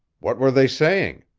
what were they saying?